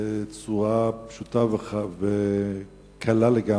בצורה פשוטה וקלה לגמרי.